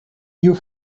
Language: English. you